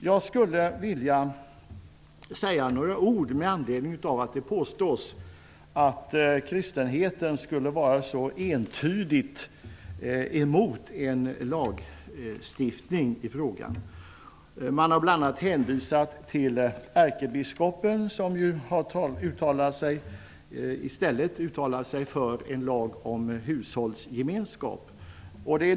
Jag skulle vilja säga några ord med anledning av att det påstås att kristenheten skulle vara entydigt emot en lagstiftning i denna fråga. Man har bl.a. hänvisat till ärkebiskopen, som ju i stället har uttalat sig för en lag om hushållsgemenskap.